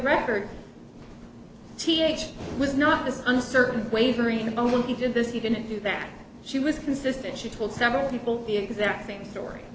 record th was not as uncertain wavering a moment he did this he didn't do that she was consistent she told several people the exact same story